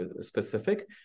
specific